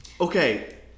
Okay